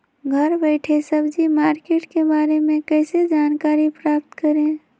घर बैठे सब्जी मार्केट के बारे में कैसे जानकारी प्राप्त करें?